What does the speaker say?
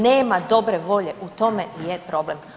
Nema dobre volje u tome je problem.